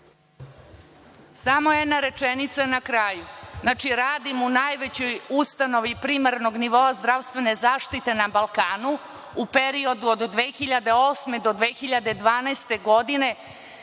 Samo jedna rečenica na kraju. Radim u najvećoj ustanovi primarnog nivoa zdravstvene zaštite na Balkanu. U periodu od 2008. do 2012. godine